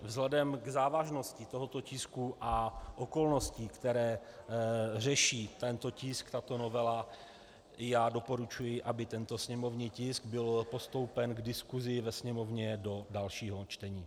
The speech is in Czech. Vzhledem k závažnosti tohoto tisku a okolnostem, které řeší tento tisk, tato novela, já doporučuji, aby tento sněmovní tisk byl postoupen k diskusi ve Sněmovně do dalšího čtení.